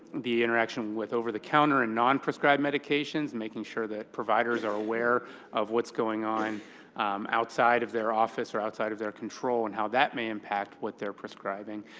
the interaction with over-the-counter and non-prescribed medications, making sure that providers are aware of what's going on outside of their office or outside of their control and how that may impact what they're prescribing.